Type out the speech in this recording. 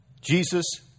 Jesus